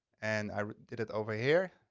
and i did it over here.